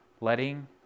Letting